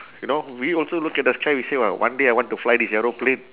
you know we also look at the sky and say !wah! one day I want to fly this aeroplane